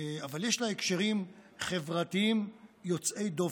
אבל יש לה גם הקשרים חברתיים יוצאי דופן.